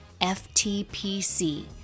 FTPC